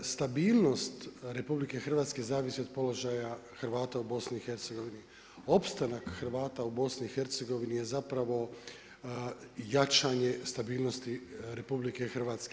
Stabilnost RH zavisi od položaja Hrvata u BiH, opstanak Hrvata u BiH je jačanje stabilnosti RH.